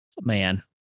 Man